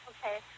Okay